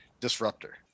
disruptor